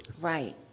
Right